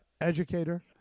educator